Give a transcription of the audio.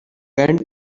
bend